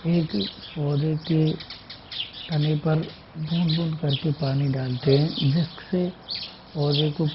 एक पौधे के तने पर बूंद बूंद कर के पानी डालते हैं जिससे पौधे को